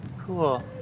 Cool